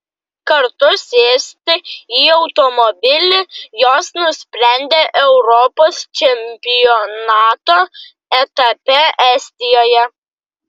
kartu sėsti į automobilį jos nusprendė europos čempionato etape estijoje